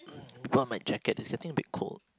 hm put on my jacket is it a bit cold